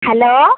hello